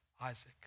Isaac